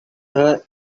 her